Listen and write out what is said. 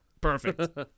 perfect